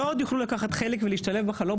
לא עוד יוכלו לקחת חלק ולהשתלב בחלום